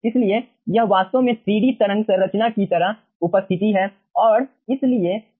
इसलिए यह वास्तव में 3D तरंग संरचना की तरह उपस्थिति है और इसलिए यह वास्तव में 3D है